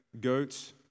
goats